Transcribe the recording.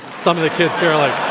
some of the kids here are like.